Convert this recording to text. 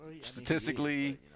statistically